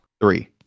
three